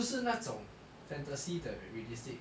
不是那种 fantasy 的 realistic